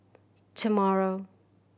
tomorrow